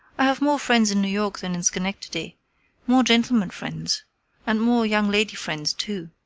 i have more friends in new york than in schenectady more gentleman friends and more young lady friends too,